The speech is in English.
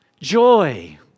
joy